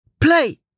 Play